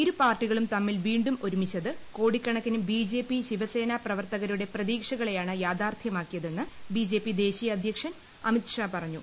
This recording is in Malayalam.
ഇരുപാർട്ടികളും തമ്മിൽ വീണ്ടും ഒരുമിച്ചത് കോടിക്കണക്കിന് ബിജെപി ശിവസേനാ പ്രവർത്തകരുടെ പ്രതീക്ഷകളെയാണ് യാഥാർത്ഥ്യമാക്കിയതെന്ന് ബിജെപി ദേശീയ അദ്ധ്യക്ഷൻ അമിത് ഷാ പറഞ്ഞു